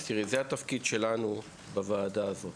זה התפקיד שלנו בוועדה הזאת.